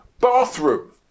Bathroom